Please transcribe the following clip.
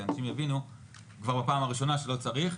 שאנשים יבינו כבר בפעם הראשונה שלא צריך.